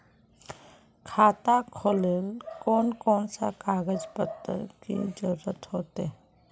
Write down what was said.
खाता खोलेले कौन कौन सा कागज पत्र की जरूरत होते?